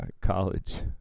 College